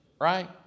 Right